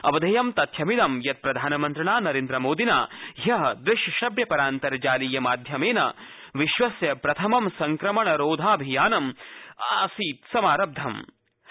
अवधेयं तथ्यमिदं यत् प्रधानमन्त्रिणा मोदिना ह्य दृश्यश्रव्य परान्तर्जालीय माध्यमेन विश्वस्य प्रथम संक्रमणरोधाभियान समाख्धम् आसीत्